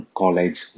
college